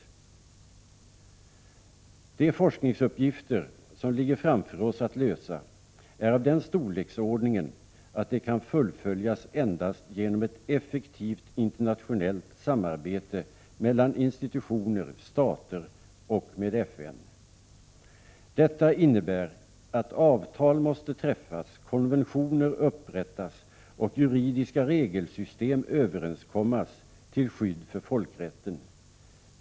De forskningsuppgifter som ligger framför oss att lösa är av den storleksordningen att de kan fullföljas endast genom ett effektivt internationellt samarbete mellan institutioner, stater och FN. Detta innebär att avtal måste träffas, konventioner upprättas och juridiska regelsystem åstadkommas till skydd för folkrätten.